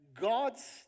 God's